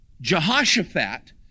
Jehoshaphat